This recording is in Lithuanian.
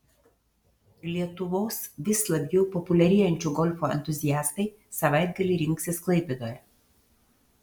lietuvos vis labiau populiarėjančio golfo entuziastai savaitgalį rinksis klaipėdoje